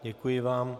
Děkuji vám.